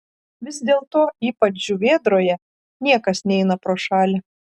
vis dėlto ypač žuvėdroje niekas neina pro šalį